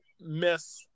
miss